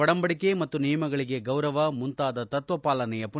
ಒಡಂಬಡಿಕೆ ಮತ್ತು ನಿಯಮಗಳಿಗೆ ಗೌರವ ಮುಂತಾದ ತತ್ನ ಪಾಲನೆಯ ಪುನರುಚ್ಚಾರ